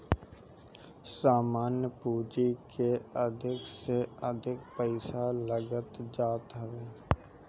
सामान्य पूंजी के अधिका से अधिक पईसा लाग जात हवे